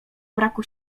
braku